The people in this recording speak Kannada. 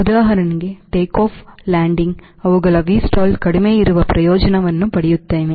ಉದಾಹರಣೆಗೆ ಟೇಕ್ಆಫ್ ಲ್ಯಾಂಡಿಂಗ್ ಅವುಗಳು ವಿಸ್ಟಾಲ್ ಕಡಿಮೆ ಇರುವ ಪ್ರಯೋಜನವನ್ನು ಪಡೆಯುತ್ತವೆ